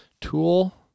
tool